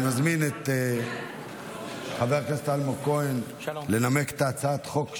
אני מזמין את חבר הכנסת אלמוג כהן לנמק את הצעת החוק שלו,